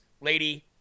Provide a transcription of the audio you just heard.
Lady